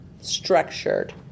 structured